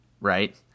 right